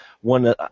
one